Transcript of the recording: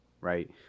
right